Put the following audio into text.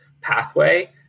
pathway